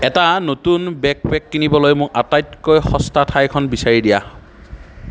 এটা নতুন বেকপেক কিনিবলৈ মোক আটাইতকৈ সস্তা ঠাইখন বিচাৰি দিয়া